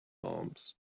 arms